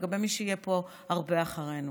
לגבי מי שיהיה פה הרבה אחרינו.